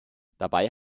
dabei